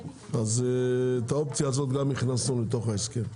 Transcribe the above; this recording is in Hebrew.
את האופציה הזאת גם הכנסנו לתוך ההסכם.